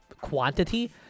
quantity